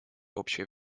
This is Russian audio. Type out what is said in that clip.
общее